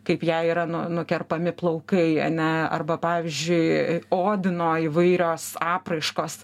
kaip jai yra nu nukerpami plaukai ane arba pavyzdžiui odino įvairios apraiškos